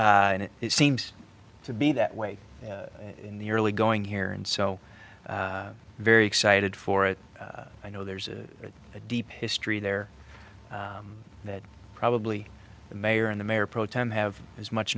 a and it seems to be that way in the early going here and so very excited for it i know there's a deep history there that probably the mayor and the mayor pro tem have as much